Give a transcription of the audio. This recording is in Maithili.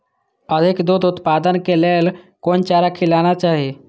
अधिक दूध उत्पादन के लेल कोन चारा खिलाना चाही?